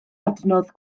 adnodd